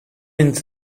into